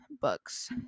books